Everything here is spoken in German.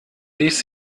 ließ